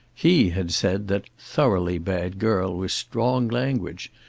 he had said that thoroughly bad girl was strong language,